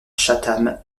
chatham